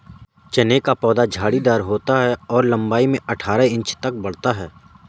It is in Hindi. चने का पौधा झाड़ीदार होता है और लंबाई में अठारह इंच तक बढ़ता है